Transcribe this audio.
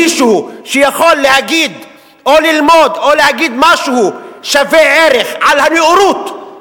מישהו יכול להגיד או ללמוד או להגיד משהו שווה ערך על הנאורות,